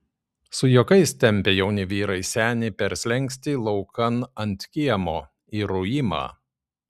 su juokais tempia jauni vyrai senį per slenkstį laukan ant kiemo į ruimą